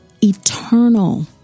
eternal